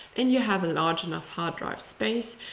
and you have a large enough hard drive space,